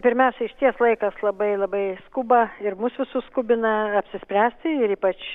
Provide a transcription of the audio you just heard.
pirmiausia išties laikas labai labai skuba ir mus visus skubina apsispręsti ir ypač